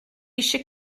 eisiau